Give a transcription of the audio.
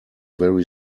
very